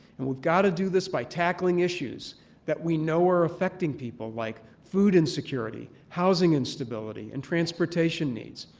and we've got to do this by tackling issues that we know are affecting people, like food insecurity, housing instability, and transportation needs.